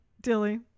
Dilly